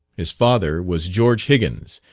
his father was george higgins,